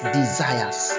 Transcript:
desires